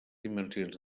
dimensions